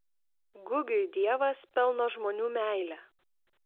gugiui dievas pelno žmonių meilę